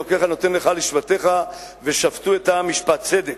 אלוקיך נותן לך לשבטיך ושפטו את העם משפט צדק.